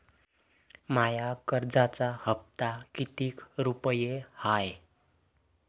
माया कर्जाचा हप्ता कितीक रुपये हाय?